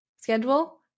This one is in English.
schedule